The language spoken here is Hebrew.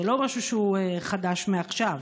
זה לא משהו חדש מעכשיו,